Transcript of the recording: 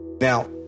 Now